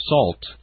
Salt